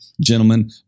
gentlemen